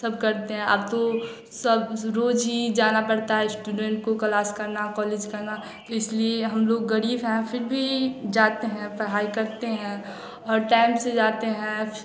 सब करते हैं अब तो सब रोज़ ही जाना पड़ता है स्टूडेंट को क्लास करना कॉलेज करना इसलिए हम लोग गरीब हैं फ़िर भी जाते हैं पढ़ाई करते हैं और टाइम से जाते हैं